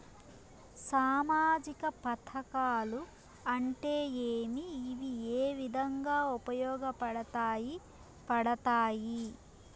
సామాజిక పథకాలు అంటే ఏమి? ఇవి ఏ విధంగా ఉపయోగపడతాయి పడతాయి?